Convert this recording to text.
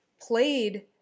played